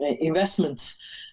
investments